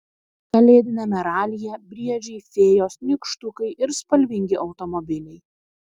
kalėdiniame ralyje briedžiai fėjos nykštukai ir spalvingi automobiliai